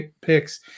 picks